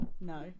No